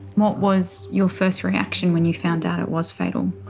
what was your first reaction when you found out it was fatal?